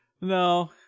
no